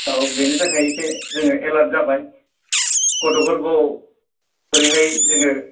औ बेनि थाखाय एस जोङो एलार्ट जाबाय गथ'फोरखौ बोरैहाय जोङो